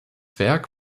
werk